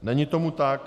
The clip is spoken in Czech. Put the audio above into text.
Není tomu tak.